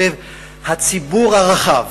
חברי הכנסת,